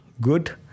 good